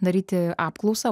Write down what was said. daryti apklausą